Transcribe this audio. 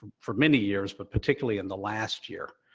for many years, but particularly in the last year.